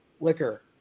liquor